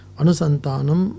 anusantanam